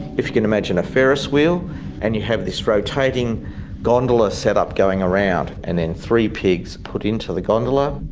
if you can imagine a ferris wheel and you have this rotating gondola set-up going around, and then three pigs are put into the gondola.